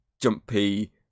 jumpy